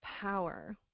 power